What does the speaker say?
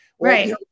Right